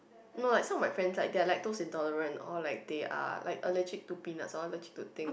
no like some of my friends like they're like lactose intolerant or like they are like allergic to peanuts or allergic to thing